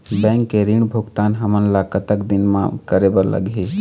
Bank के ऋण भुगतान हमन ला कतक दिन म करे बर लगही?